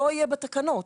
כל מה שאמור להיות בתקנות